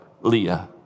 Leah